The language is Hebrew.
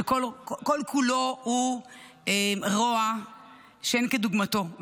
שכל-כולו הוא רוע שאין כדוגמתו.